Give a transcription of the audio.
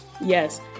Yes